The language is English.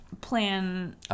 plan